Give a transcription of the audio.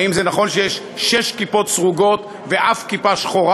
האם זה נכון שיש שש כיפות סרוגות ואין אף כיפה שחורה,